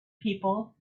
people